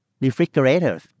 refrigerators